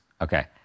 Okay